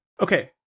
okay